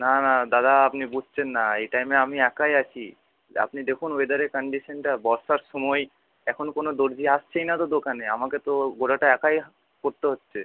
না না দাদা আপনি বুঝছেন না এই টাইমে আমি একাই আছি আপনি দেখুন ওয়েদারের কন্ডিশনটা বর্ষার সময় এখন কোনো দর্জি আসছেই না তো দোকানে আমাকে তো গোটাটা একাই করতে হচ্ছে